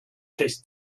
tastes